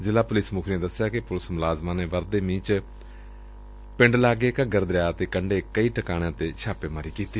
ਜ਼ਿਲ੍ਹਾ ਪੁਲਿਸ ਮੁਖੀ ਨੇ ਦਸਿਆ ਕਿ ਪੁਲਿਸ ਮੁਲਾਜ਼ਮਾਂ ਨੇ ਵਰਦੇ ਮੀਂਹ ਚ ਪਿੰਡ ਲਾਗੇ ਘੱਗਰ ਦਰਿਆ ਤੇ ਕੰਢੇ ਕਈ ਟਿਕਣਿਆਂ ਤੇ ਛਾਪੇਮਾਰੀ ਕੀਤੀ